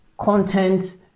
content